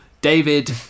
David